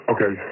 Okay